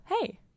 hey